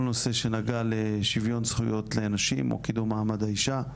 נושא שנגע לשוויון זכויות לנשים או קידום מעמד האישה,